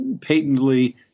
patently